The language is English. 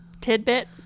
Tidbit